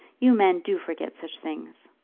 you men do forget such things.